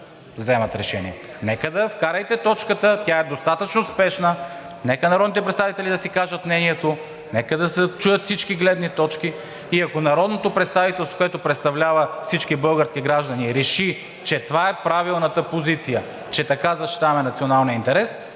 вземат решение. Вкарайте точката, тя е достатъчно спешна. Нека народните представители да си кажат мнението, нека да се чуят всички гледни точки. И ако народното представителство, което представлява всички български граждани, реши, че това е правилната позиция, че така защитаваме националния интерес,